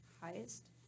highest